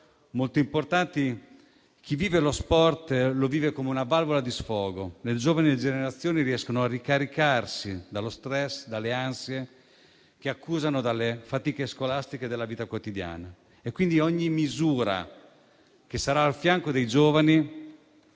molto importanti chi vive lo sport lo vive come una valvola di sfogo. Le giovani generazioni riescono a ricaricarsi dallo stress e dalle ansie che accusano dalle fatiche scolastiche e dalla vita quotidiana. Quindi ogni misura che sarà al fianco dei giovani